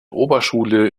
oberschule